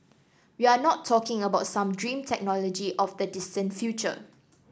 we are not talking about some dream technology of the distant future